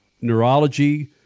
neurology